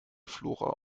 flora